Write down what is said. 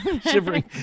Shivering